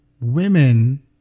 women